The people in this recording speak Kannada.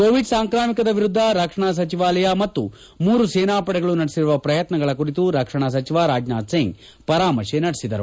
ಕೋವಿಡ್ ಸಾಂಕ್ರಾಮಿಕದ ವಿರುದ್ದ ರಕ್ಷಣಾ ಸಚಿವಾಲಯ ಮತ್ತು ಮೂರು ಸೇನಾಪಡೆಗಳು ನಡೆಸಿರುವ ಪ್ರಯತ್ನಗಳ ಕುರಿತು ರಕ್ಷಣಾ ಸಚಿವ ರಾಜನಾಥ್ ಸಿಂಗ್ ಪರಾಮರ್ಶೆ ನಡೆಸಿದರು